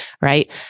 right